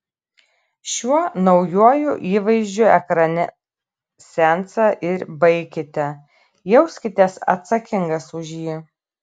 šiuo naujuoju įvaizdžiu ekrane seansą ir baikite jauskitės atsakingas už jį